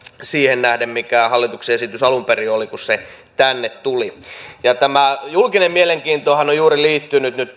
siihen nähden mikä hallituksen esitys alun perin oli kun se tänne tuli tämä julkinen mielenkiintohan on on juuri nyt